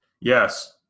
Yes